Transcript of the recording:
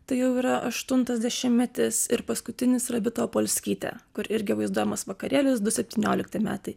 tai jau yra aštuntas dešimtmetis ir paskutinis yra vita opolskytė kur irgi vaizduojamas vakarėlis du septyniolikti metai